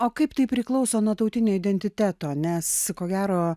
o kaip tai priklauso nuo tautinio identiteto nes ko gero